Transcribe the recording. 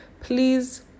please